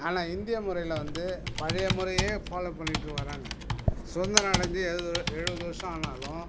ஆனால் இந்திய முறையில் வந்து பழைய முறையையே ஃபாலோ பண்ணிக்கிட்டு வர்றாங்க சுதந்திரம் அடைஞ்சு எழுபது வருஷம் ஆனாலும்